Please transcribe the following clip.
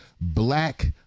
Black